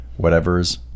whatevers